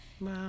Wow